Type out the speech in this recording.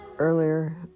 earlier